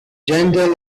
gentle